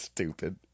Stupid